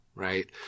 Right